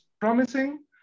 promising